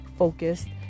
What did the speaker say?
Focused